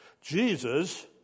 Jesus